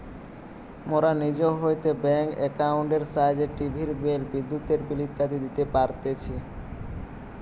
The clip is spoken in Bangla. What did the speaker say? মোরা নিজ হইতে ব্যাঙ্ক একাউন্টের সাহায্যে টিভির বিল, বিদ্যুতের বিল ইত্যাদি দিতে পারতেছি